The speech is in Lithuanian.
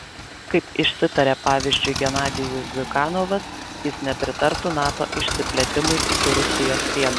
kaip išsitarė pavyzdžiui genadijus ziuganovas jis nepritartų nato išsiplėtimui iki rusijos sienų